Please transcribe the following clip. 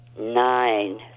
Nine